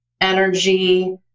energy